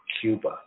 Cuba